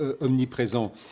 omniprésent